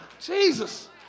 Jesus